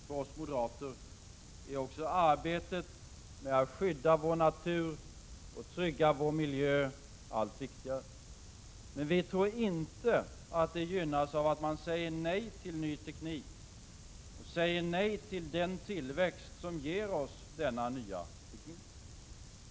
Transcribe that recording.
För oss moderater är också arbetet med att skydda vår natur och trygga vår miljö allt viktigare. Men vi tror inte att det gynnas av att man säger nej till ny teknik och nej till den tillväxt som ger oss denna nya teknik.